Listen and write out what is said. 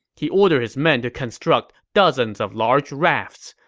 he ordered his men to construct dozens of large rafts.